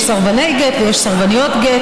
ויש סרבניות גט.